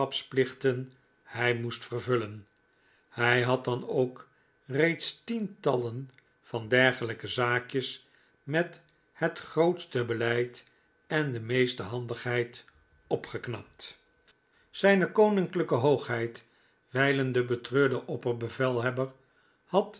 vriendschapsplichten hij moest vervullen hij had dan ook reeds tientallen van dergelijke zaakjes met het grootste beleid en de meeste handigheid opgeknapt zijne koninklijke hoogheid wijlen de betreurde opperbevelhebber had